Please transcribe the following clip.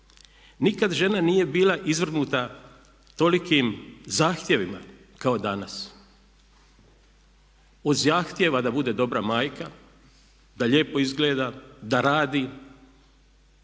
Nikad žena nije bila izvrgnuta tolikim zahtjevima kao danas. Od zahtjeva da bude dobra majka, da lijepo izgleda, da radi